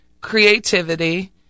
creativity